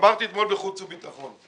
אמרתי אתמול בחוץ וביטחון,